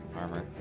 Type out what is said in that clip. armor